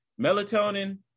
Melatonin